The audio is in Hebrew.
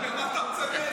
מה אתה רוצה ממני?